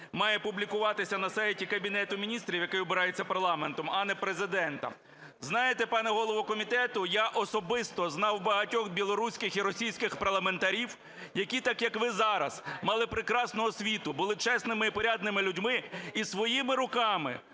має публікуватися на сайті Кабінету Міністрів, який обирається парламентом, а не Президента. Знаєте, пане голово комітету, я особисто знав багатьох білоруських і російських парламентарів, які так, як ви зараз, мали прекрасну освіту, були чесними і порядними людьми, і своїми руками